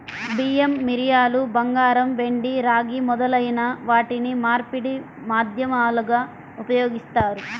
బియ్యం, మిరియాలు, బంగారం, వెండి, రాగి మొదలైన వాటిని మార్పిడి మాధ్యమాలుగా ఉపయోగిస్తారు